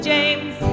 James